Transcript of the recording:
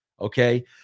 okay